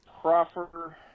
proffer